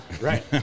Right